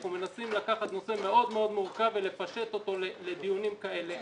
אנחנו מנסים לקחת נושא מאוד-מאוד מורכב ולפשט אותו לדיונים כאלה.